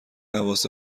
حواس